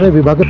vibha.